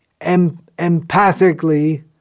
empathically